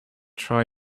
try